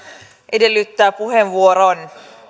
edellyttää puheenvuoron